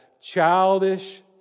childish